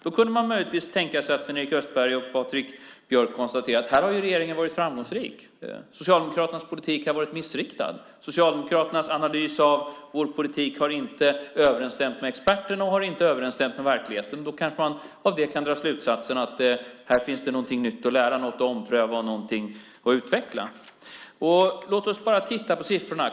Då kunde man möjligtvis tänka sig att Sven-Erik Österberg och Patrik Björck skulle konstatera att här har regeringen varit framgångsrik, att Socialdemokraternas politik har varit missriktad och att Socialdemokraternas analys av vår politik inte har överensstämt med experternas och med verkligheten. Då kanske man kan dra slutsatsen av det att här finns det något nytt att lära, något att ompröva och något att utveckla. Låt oss titta på siffrorna.